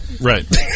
Right